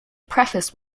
preface